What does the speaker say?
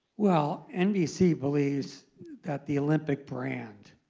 well, nbc believes that the olympic brand